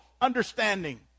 understanding